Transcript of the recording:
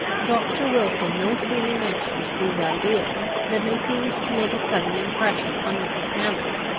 doctor wilson no sooner mentioned these ideas, than they seemed to make a sudden impression on mrs. hammond,